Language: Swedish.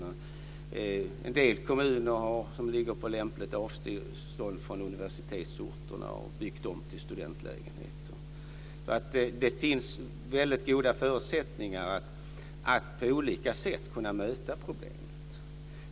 Det gäller en del kommuner som ligger på lämpligt avstånd från universitetsorter. De har byggt om tomma lägenheter till studentbostäder. Det finns väldigt goda förutsättningar att på olika sätt möta problemet.